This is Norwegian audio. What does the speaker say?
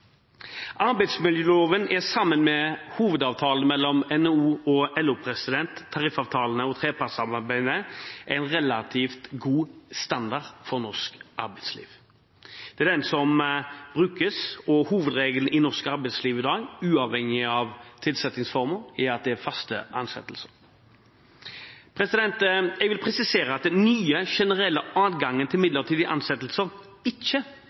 Arbeidsmiljøloven, sammen med hovedavtalen mellom NHO og LO, tariffavtalene og trepartssamarbeidet, setter en relativt god standard for norsk arbeidsliv. Det er den som brukes, og hovedregelen i norsk arbeidsliv i dag, uavhengig av tilsettingsformål, er faste ansettelser. Jeg vil presisere at den nye generelle adgangen til midlertidige ansettelser ikke